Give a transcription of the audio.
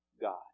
God